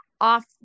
off